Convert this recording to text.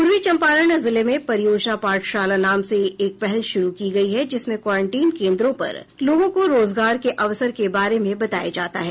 पूर्वी चंपारण जिले में परियोजना पाठशाला नाम से एक पहले शुरु की गयी है जिसमें वारेंटिन केंद्रों पर लोगों को रोजगार के अवसर के बारे में बताया जाता है